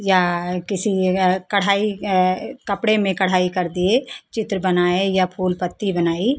या किसी अगर कढ़ाई कपड़े में कढ़ाई कर दिए चित्र बनाए या फूल पत्ती बनाई